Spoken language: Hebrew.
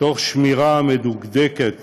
תוך שמירה מדוקדקת